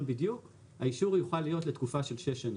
בדיוק האישור יוכל להיות לתקופה של 6 שנים.